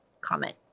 comment